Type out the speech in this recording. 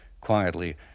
Quietly